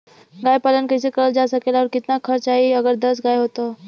गाय पालन कइसे करल जा सकेला और कितना खर्च आई अगर दस गाय हो त?